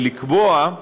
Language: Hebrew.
ולקבוע,